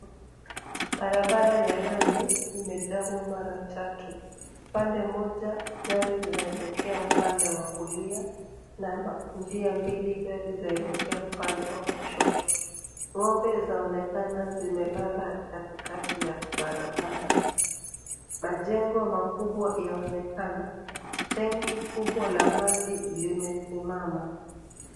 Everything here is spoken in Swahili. Barabara ya lami, imegawa mara tatu. Upande mmoja, gari zaelekea upande wa kulia, na njia mbili gari zaelekea upande wa kushoto. Ng'ombe zaonekana zimelala katikati ya barabara. Majengo makubwa yaonekana. Tengi kubwa la maji limesimama.